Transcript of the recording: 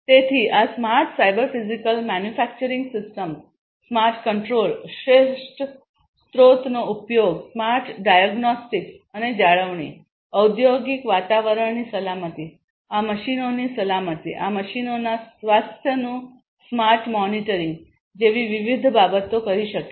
તેથી આ smart cyber physical manufacturing systems smart control શ્રેષ્ઠ સ્ત્રોતનો ઉપયોગ સ્માર્ટ ડાયગ્નોસ્ટિક્સ અને જાળવણી ઔદ્યોગિક વાતાવરણની સલામતી આ મશીનોની સલામતી આ મશીનોના સ્વાસ્થ્યનું સ્માર્ટ મોનિટરિંગ જેવી વિવિધ બાબતો કરી શકે છે